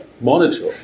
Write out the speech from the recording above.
monitor